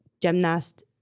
gymnast